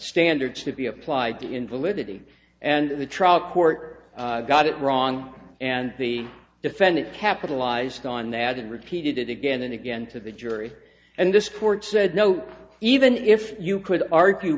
standard to be applied in validity and the trial court got it wrong and the defendant capitalized on that and repeated it again and again to the jury and this court said no even if you could argue